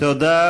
תודה.